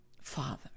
Father